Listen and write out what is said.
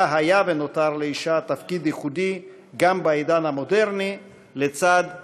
שבה היה ונותר לאישה תפקיד ייחודי גם בעידן המודרני לצד קריירה,